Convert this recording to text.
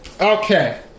Okay